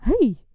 Hey